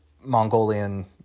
Mongolian